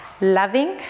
loving